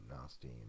Nasty